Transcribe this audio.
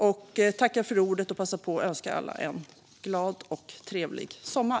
Jag vill också passa på att önska alla en glad och trevlig sommar.